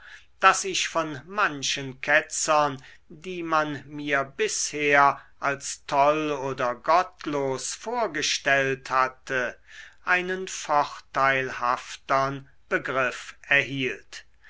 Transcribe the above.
daß ich von manchen ketzern die man mir bisher als toll oder gottlos vorgestellt hatte einen vorteilhaftem begriff erhielt